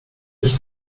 was